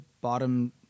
bottom